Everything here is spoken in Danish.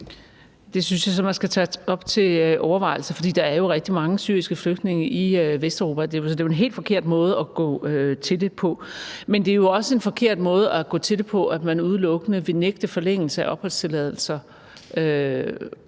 Det synes jeg så man skal tage op til overvejelse, for der er jo rigtig mange syriske flygtninge i Vesteuropa. Det er jo en helt forkert måde at gå til det på. Men det er jo også en forkert måde at gå til det på, at man udelukkende vil nægte forlængelse af opholdstilladelser,